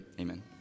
Amen